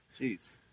Jeez